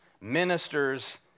ministers